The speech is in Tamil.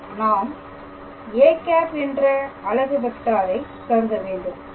இதில் நாம் a என்ற அலகு வெக்டாரை கருத வேண்டும்